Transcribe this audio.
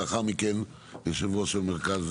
ולאחר מכן יושב-ראש מרכז